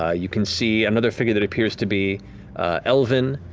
ah you can see another figure that appears to be elven,